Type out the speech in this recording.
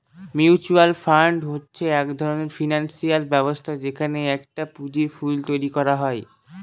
mutual fund হচ্ছে এক ধরনের ফিনান্সিয়াল ব্যবস্থা যেখানে একটা পুঁজির পুল তৈরী করা হয়